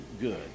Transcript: good